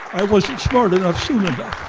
i wasn't smart enough soon and